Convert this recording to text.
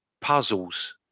puzzles